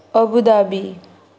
Abu Dhabi